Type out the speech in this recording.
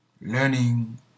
Learning